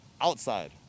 outside